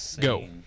Go